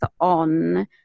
on